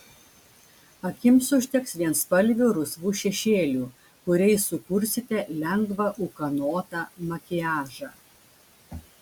akims užteks vienspalvių rusvų šešėlių kuriais sukursite lengvą ūkanotą makiažą